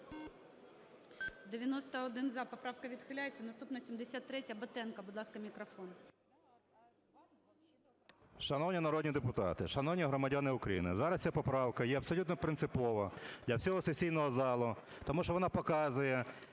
За-91 Поправка відхиляється. Наступна – 73-я. Батенко, будь ласка, мікрофон. 13:46:32 БАТЕНКО Т.І. Шановні народні депутати, шановні громадяни України! Зараз ця поправка є абсолютно принципова для всього сесійного залу, тому що вона показує